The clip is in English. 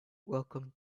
welcome